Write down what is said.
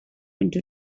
into